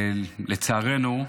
לצערנו,